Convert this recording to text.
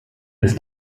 ist